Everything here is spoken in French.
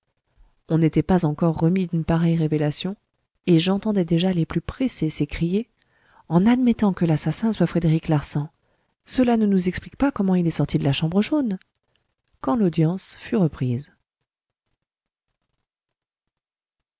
on n'était pas encore remis d'une pareille révélation et j'entendais déjà les plus pressés de s'écrier en admettant que l'assassin soit frédéric larsan cela ne nous explique pas comment il est sorti de la chambre jaune quand l'audience fut reprise